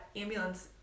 ambulance